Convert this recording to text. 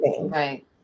Right